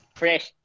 fresh